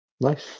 nice